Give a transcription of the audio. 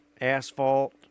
asphalt